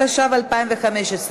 התשע"ו 2015,